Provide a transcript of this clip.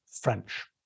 French